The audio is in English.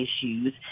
issues